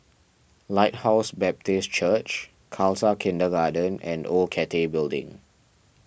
Lighthouse Baptist Church Khalsa Kindergarten and Old Cathay Building